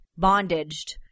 bondaged